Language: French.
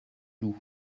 loup